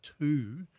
two